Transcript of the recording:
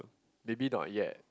maybe not yet